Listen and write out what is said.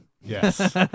Yes